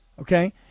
okay